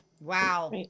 Wow